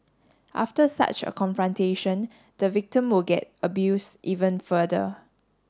after such a confrontation the victim would get abuse even further